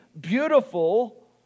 beautiful